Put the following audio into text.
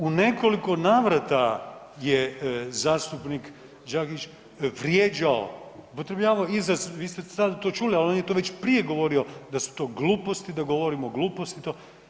U nekoliko navrata je zastupnik Đakić vrijeđao i upotrebljavao izraz, vi ste sad to čuli, ali on je to već prije govorio da su to gluposti, da govorimo gluposti.